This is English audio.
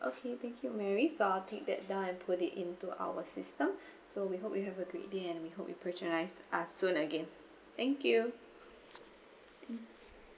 okay thank you mary so I'll take that down and put it into our system so we hope you have a great day and we hope you patronize us soon again thank you mm